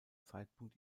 zeitpunkt